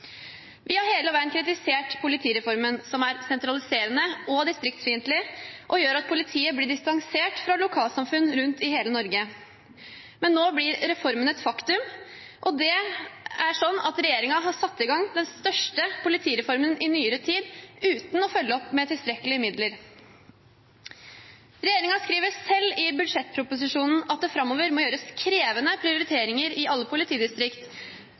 Vi har hele veien kritisert politireformen, som er sentraliserende og distriktsfiendtlig, og som gjør at politiet blir distansert fra lokalsamfunn rundt om i hele Norge. Men nå blir reformen et faktum. Regjeringen har satt i gang den største politireformen i nyere tid, uten å følge opp med tilstrekkelige midler. Regjeringen skriver selv i budsjettproposisjonen at det framover må gjøres krevende prioriteringer i alle